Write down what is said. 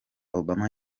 obama